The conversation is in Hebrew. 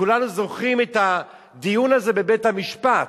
וכולנו זוכרים את הדיון הזה בבית-המשפט,